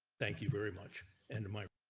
thank you very much and in my.